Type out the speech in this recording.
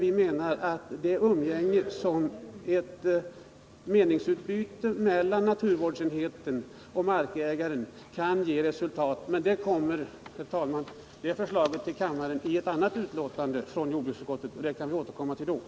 Vi menar att det umgänge som ett meningsutbyte mellan den naturvårdande myndigheten och markägaren skapar kan ge resultat. Men det förslaget kommer till kammaren i ett annat betänkande från jordbruksutskottet, och då kan vi återkomma till det.